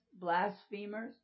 blasphemers